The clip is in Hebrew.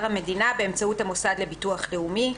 המדינה באמצעות המוסד לביטוח לאומי.